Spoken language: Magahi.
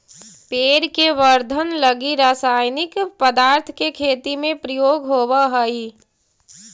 पेड़ के वर्धन लगी रसायनिक पदार्थ के खेती में प्रयोग होवऽ हई